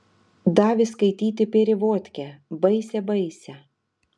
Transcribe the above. davė skaityti perevodkę baisią baisią